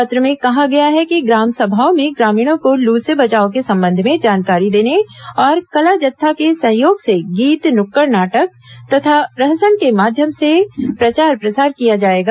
पत्र में कहा गया है कि ग्राम सभाओं में ग्रामीणों को लू से बचाव के संबंध में जानकारी देने और कलाजत्था के सहयोग से गीत नुक्कड़ नाटक तथा प्रहसन के माध्यम से प्रचार प्रसार किया जाएगा